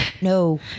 No